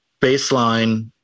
baseline